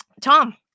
Tom